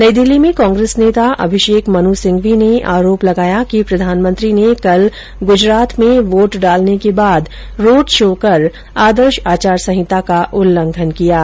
नई दिल्ली में कांग्रेस नेता अभिषेक मन् सिंघवी ने आरोप लगाया कि प्रधानमंत्री ने कल गुजरात में वोट डालने के बाद रोड शो कर आदर्श आचार संहिता का उल्लंघन किया है